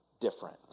different